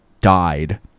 died